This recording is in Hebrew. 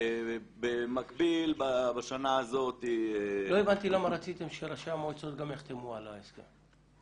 לא הבנתי למה רציתם שגם ראש המועצות יחתמו על ההסכם.